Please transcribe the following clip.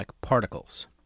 Particles